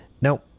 Now